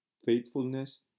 faithfulness